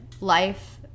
life